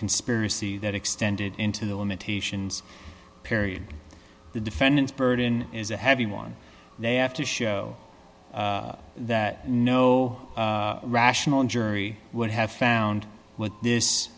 conspiracy that extended into the limitations parried the defendant's burden is a heavy one day after show that no rational jury would have found this